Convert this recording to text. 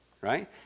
right